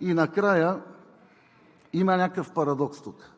И накрая има някакъв парадокс тук: